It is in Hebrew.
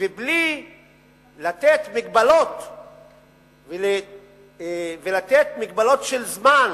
בלי לתת הגבלות ולתת הגבלות של זמן